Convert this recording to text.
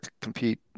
compete